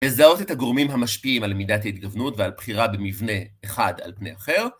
לזהות את הגורמים המשפיעים על מידת ההתגוונות ועל בחירה במבנה אחד על פני אחר.